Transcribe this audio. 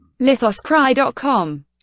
Lithoscry.com